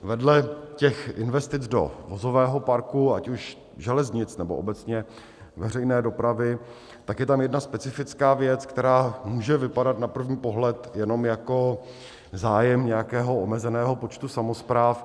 Vedle investice do vozového parku, ať už železnic, nebo obecně veřejné dopravy, je tam jedna specifická věc, která může vypadat na první pohled jenom jako zájem nějakého omezeného počtu samospráv.